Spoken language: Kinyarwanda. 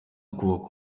ukubaka